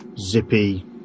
zippy